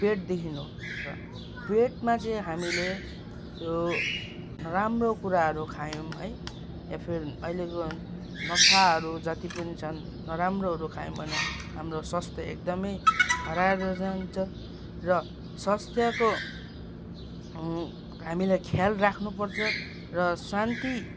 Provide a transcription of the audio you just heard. पेटदेखि हो र पेटमा चाहिँ हामीले त्यो नराम्रो कुराहरू खायैँ है या फिर अहिलेको नशाहरू जति पनि छन नराम्रोहरू खायौँ भने हाम्रो स्वस्थ्य एकदमै हराएर जान्छ र स्वस्थ्यको हामीले ख्याल राख्नुपर्छ र शान्ति